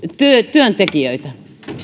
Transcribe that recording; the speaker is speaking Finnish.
työntekijöitä